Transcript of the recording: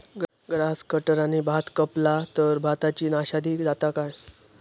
Grass कटराने भात कपला तर भाताची नाशादी जाता काय?